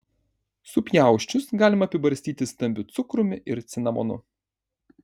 supjausčius galima apibarstyti stambiu cukrumi ir cinamonu